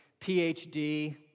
PhD